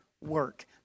work